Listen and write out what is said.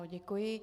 Děkuji.